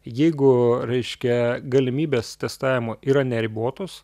jeigu reiškia galimybės testavimo yra neribotos